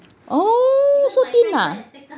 oh so thin ah